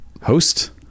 host